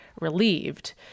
relieved